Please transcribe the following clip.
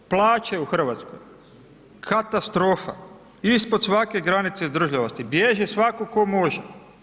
Plaće u Hrvatskoj, katastrofa, ispod svake granice izdržljivosti, bježi svatko tko može.